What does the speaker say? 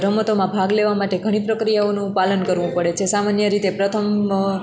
રમતોમાં ભાગ લેવા માટે ઘણી પ્રક્રિયાઓનો પાલન કરવું પડે છે સામાન્ય રીતે પ્રથમ